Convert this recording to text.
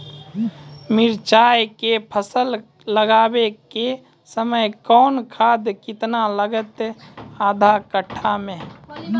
मिरचाय के फसल लगाबै के समय कौन खाद केतना लागतै आधा कट्ठा मे?